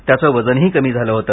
त्याचे वजनही कमी झाले होते